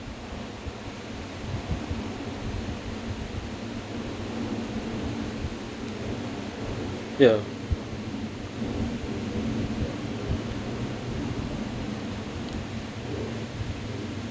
yeah